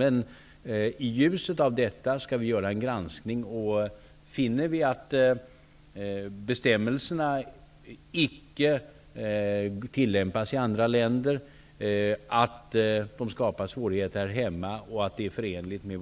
Men i ljuset av detta skall vi göra en granskning. Om vi finner att bestämmelserna icke tillämpas i andra länder, att de skapar svårigheter här hemma och att det är förenligt med